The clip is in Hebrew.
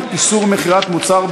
דיווח על פריצה למאגר מידע),